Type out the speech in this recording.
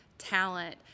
Talent